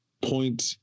point